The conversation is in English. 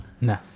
No